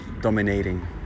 dominating